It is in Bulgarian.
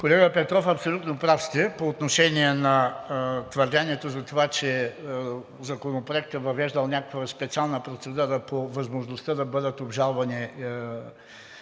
Колега Петров, абсолютно прав сте по отношение на твърдението, че Законопроектът въвежда някаква специална процедура по възможността да бъдат обжалвани